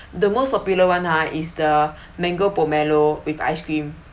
the most popular one ah is the mango pomelo with ice cream